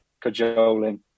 cajoling